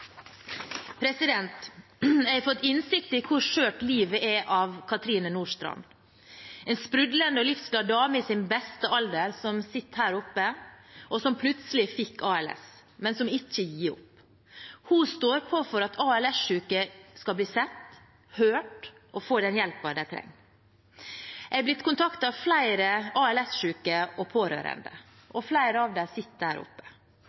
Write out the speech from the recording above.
Jeg har fått innsikt i hvor skjørt livet er, av Cathrine Nordstrand, en sprudlende og livsglad dame i sin beste alder som sitter oppe på galleriet her i dag, og som plutselig fikk ALS, men som ikke gir opp. Hun står på for at ALS-syke skal bli sett, hørt og få den hjelpen de trenger. Jeg har blitt kontaktet av flere ALS-syke og pårørende – flere av dem sitter oppe